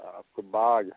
आपको बाघ